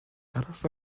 அரச